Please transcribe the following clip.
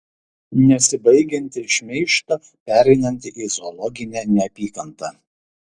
nesibaigiantį šmeižtą pereinantį į zoologinę neapykantą